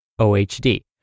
OHD